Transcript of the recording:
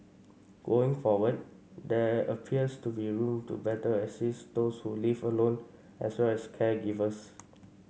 going forward there appears to be room to better assist those who live alone as well as caregivers